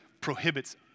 prohibits